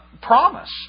promise